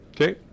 Okay